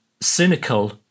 cynical